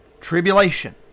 tribulation